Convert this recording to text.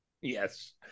Yes